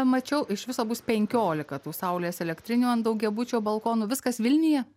mačiau iš viso bus penkiolika tų saulės elektrinių ant daugiabučio balkonų viskas vilniuje